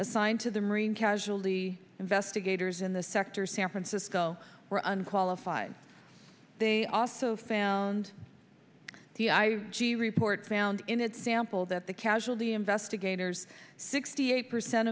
assigned to the marine casualty investigators in the sector san francisco were unqualified they also found the i report found in example that the casualty investigators sixty eight percent